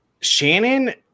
Shannon